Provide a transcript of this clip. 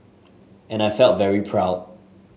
and I felt very proud